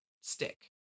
stick